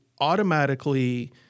automatically